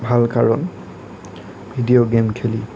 ভাল কাৰণ video game খেলি